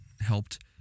helped